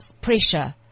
pressure